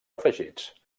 afegits